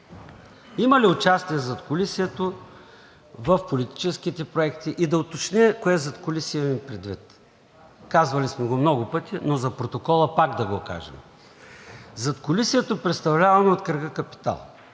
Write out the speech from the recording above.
Има ли участие задкулисието в политическите проекти? Да уточня кое задкулисие имам предвид. Казвали сме го много пъти, но за протокола пак да го кажем. Задкулисието, представлявано от кръга „Капитал“,